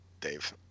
Dave